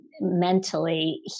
mentally